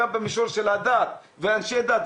גם במישור של הדת ואנשי הדת,